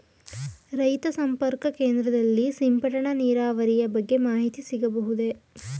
ರೈತ ಸಂಪರ್ಕ ಕೇಂದ್ರದಲ್ಲಿ ಸಿಂಪಡಣಾ ನೀರಾವರಿಯ ಬಗ್ಗೆ ಮಾಹಿತಿ ಸಿಗಬಹುದೇ?